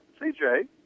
CJ